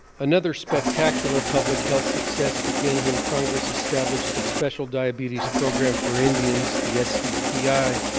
another spectacular public health success began when congress established the special diabetes program for indians, the sdpi,